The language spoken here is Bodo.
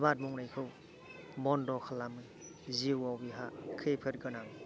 आबाद मावनायखौ बन्ध' खालामो जिउआव बेहा खैफोद गोनां